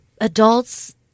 adults